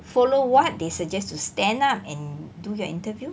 follow what they suggest to stand up and do your interview